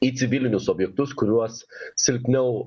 į civilinius objektus kuriuos silpniau